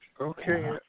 Okay